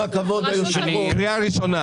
עם כל הכבוד היושב ראש,